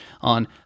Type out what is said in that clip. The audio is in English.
on